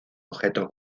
objetos